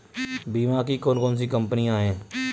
बीमा की कौन कौन सी कंपनियाँ हैं?